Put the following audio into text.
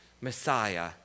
Messiah